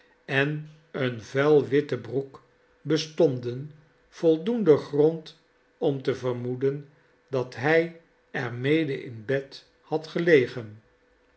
en eene vuile witte broek bestonden voldoenden grond om te vermoeden dat hij er mede in bed had gelegen